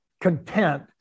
content